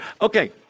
Okay